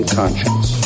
conscience